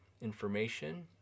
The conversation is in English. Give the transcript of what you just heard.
information